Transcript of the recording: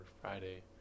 Friday